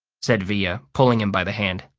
said via, pulling him by the hand.